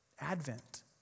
Advent